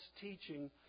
teaching